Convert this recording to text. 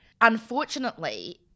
Unfortunately